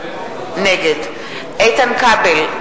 נגד איתן כבל,